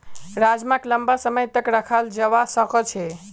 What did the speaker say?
राजमाक लंबा समय तक रखाल जवा सकअ छे